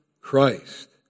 Christ